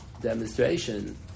demonstration